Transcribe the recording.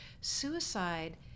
Suicide